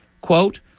Quote